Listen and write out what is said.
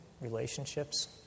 relationships